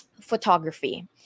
photography